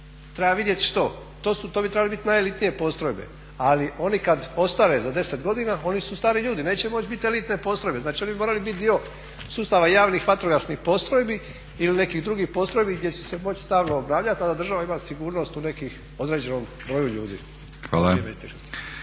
Treba vidjet što. To bi trebale biti najelitnije postrojbe. Ali oni kad ostare za deset godina oni su stari ljudi, neće moći biti elitne postrojbe. Znači, oni bi morali biti dio sustava javnih vatrogasnih postrojbi ili nekih drugih postrojbi gdje će se moći stalno obnavljati, a da država ima sigurnost u nekih određenom broju ljudi.